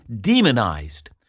demonized